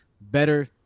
better